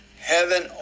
heaven